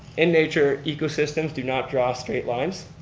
in nature, ecosystems do not draw straight lines.